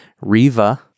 Riva